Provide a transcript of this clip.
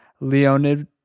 Leonid